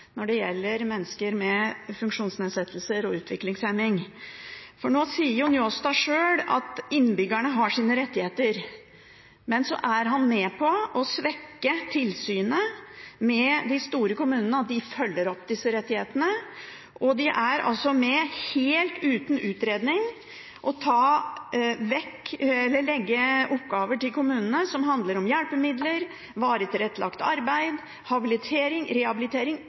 når det gjelder mennesker med funksjonsnedsettelser og utviklingshemning. Nå sier Njåstad sjøl at innbyggerne har sine rettigheter, men så er han med på å svekke tilsynet med de store kommunene og at de følger opp disse rettighetene. En er altså med på å legge oppgaver til kommunene som handler om hjelpemidler, varig tilrettelagt arbeid, habilitering og rehabilitering–